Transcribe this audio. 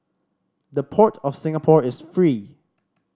the Port of Singapore is free